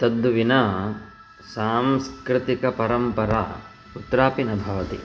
तद्विना सांस्कृतिकपरम्परा कुत्रापि न भवति